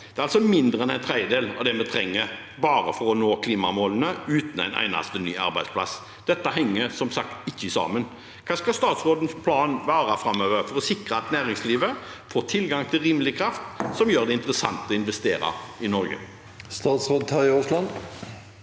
Det er altså mindre enn en tredjedel av det vi trenger bare for å nå klimamålene – uten en eneste ny arbeidsplass. Dette henger, som sagt, ikke sammen. Hva skal statsrådens plan være framover for å sikre at næringslivet får tilgang til rimelig kraft, som gjør det interessant å investere i Norge? Statsråd Terje Aasland